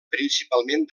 principalment